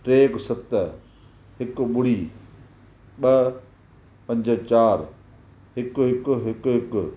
टे हिकु सत हिकु ॿुड़ी ॿ पंज चारि हिकु हिकु हिकु हिकु